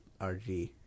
RG